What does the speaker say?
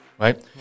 right